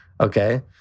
okay